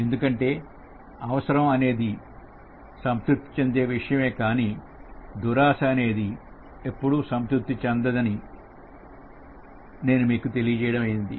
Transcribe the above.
ఎందుకంటే అవసరం అనేది సంతృప్తి చెందే విషయం కానీ దురాశ అనేది ఎప్పుడూ సంతృప్తి చెందని విషయం